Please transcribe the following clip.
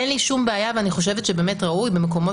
אין לי שום בעיה ואני חושבת שראוי במקומות